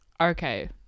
Okay